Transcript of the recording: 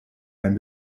einen